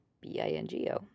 b-i-n-g-o